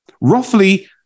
Roughly